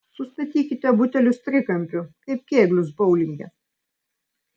sustatykite butelius trikampiu kaip kėglius boulinge